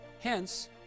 Hence